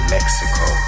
Mexico